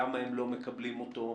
למה הם לא מקבלים אותו?